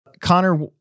Connor